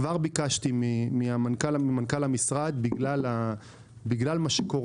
כבר ביקשתי ממנכ"ל המשרד בגלל הוויכוח